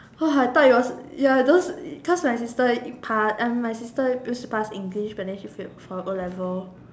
I thought it was ya those cause my sister passed I mean my sister used to pass English but then she failed for O-levels